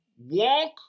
walk